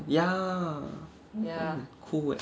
ya cool leh